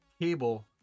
cable